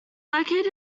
located